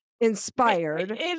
Inspired